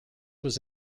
was